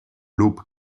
loop